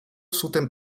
zuten